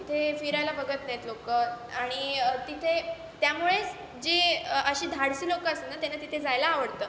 तिथे फिरायला बघत नाही आहेत लोकं आणि तिथे त्यामुळेच जी अशी धाडसी लोकं असतात ना त्यांना तिथे जायला आवडतं